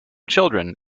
children